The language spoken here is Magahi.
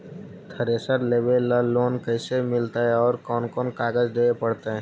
थरेसर लेबे ल लोन कैसे मिलतइ और कोन कोन कागज देबे पड़तै?